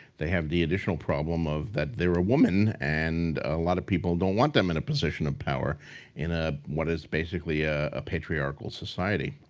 they have the additional problem of that they're a woman and a lot of people don't want them in a position of power in what is basically a a patriarchal society.